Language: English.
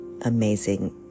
amazing